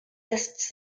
lists